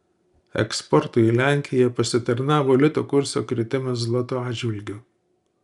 eksportui į lenkiją pasitarnavo lito kurso kritimas zloto atžvilgiu